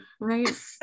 right